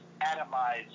atomized